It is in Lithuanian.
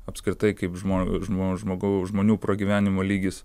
apskritai kaip žmo žmo žmogau žmonių pragyvenimo lygis